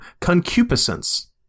concupiscence